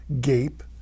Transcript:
gape